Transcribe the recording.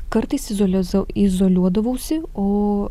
kartais izioliazau izoliuodavausi o